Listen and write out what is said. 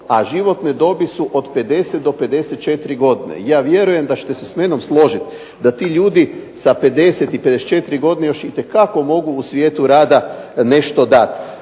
a životne dobi su od 50 do 54 godine. I ja vjerujem da ćete se smenom složiti da ti ljudi sa 50 i 54 godine još itekako mogu u svijetu rada nešto dati.